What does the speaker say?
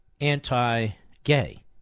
anti-gay